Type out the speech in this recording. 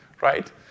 right